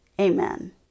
Amen